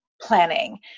planning